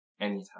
anytime